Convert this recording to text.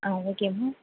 ஆ ஓகேம்மா